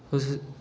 اس